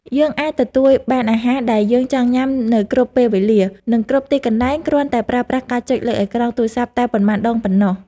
យើងអាចទទួលបានអាហារដែលយើងចង់ញ៉ាំនៅគ្រប់ពេលវេលា និងគ្រប់ទីកន្លែងគ្រាន់តែប្រើប្រាស់ការចុចលើអេក្រង់ទូរស័ព្ទតែប៉ុន្មានដងប៉ុណ្ណោះ។